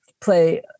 play